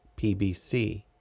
PBC